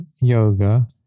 Yoga